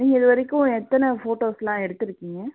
நீங்கள் இதுவரைக்கும் எத்தனை ஃபோட்டோஸெலாம் எடுத்திருக்கீங்க